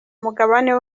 mugabane